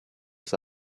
was